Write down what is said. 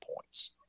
points